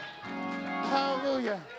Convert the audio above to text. Hallelujah